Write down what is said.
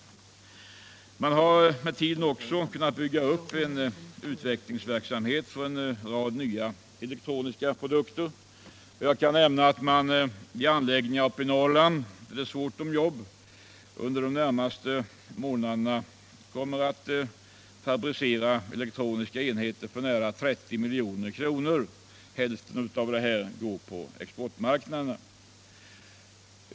Företaget har med tiden kunnat bygga upp en utvecklingsverksamhet för en rad nya elektroniska produkter. Bl. a. kommer företaget under de närmaste 18 månaderna vid anläggningar i Norrland, där det är ont om jobb, att fabricera elektroniska enheter för nära 30 milj.kr., varav ca hälften går på export.